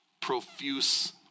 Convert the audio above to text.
profuse